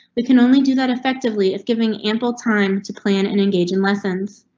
we can only do that effectively if giving ample time to plan and engage in lessons.